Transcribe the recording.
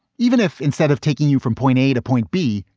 even if instead of taking you from point a to point b,